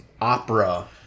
opera